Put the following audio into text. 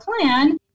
plan